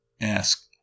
Ask